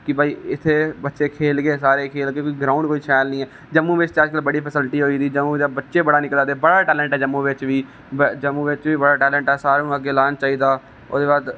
कि भाई इत्थै बच्चे खेलगे सारे खेलगे ग्रांउंड कोई शैल नेईं ऐ जम्मू बिच अजकल बड़ी फेसीलिटी होई गेदी जदूं दा बच्चे पता नेईं बड़ा टेलेंट ऐ जम्मू बिच बी बच्चे जम्मू बिच बी बडा टेलेंट ऐ सारे कोला अग्गै आई गेदा ओहदे बाद